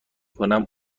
کنم